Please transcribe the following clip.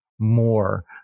more